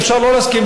ואפשר לא להסכים,